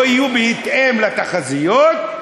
לא יהיו בהתאם לתחזיות,